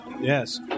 Yes